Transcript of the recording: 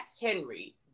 Henry